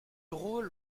rôle